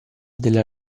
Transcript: della